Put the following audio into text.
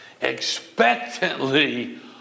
expectantly